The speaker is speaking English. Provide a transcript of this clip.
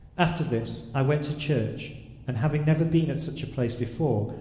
after this i went to church and having never been at such a place before,